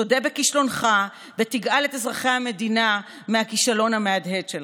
תודה בכישלונך ותגאל את אזרחי המדינה מהכישלון המהדהד שלך.